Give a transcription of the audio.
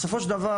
בסופו של דבר,